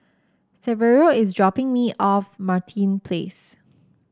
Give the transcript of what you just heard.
Saverio is dropping me off Martin Place